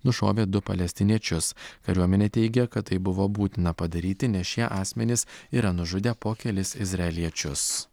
nušovė du palestiniečius kariuomenė teigia kad tai buvo būtina padaryti nes šie asmenys yra nužudę po kelis izraeliečius